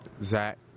Zach